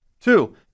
Two